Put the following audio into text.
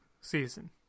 season